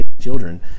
children